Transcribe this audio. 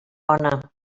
bona